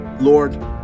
Lord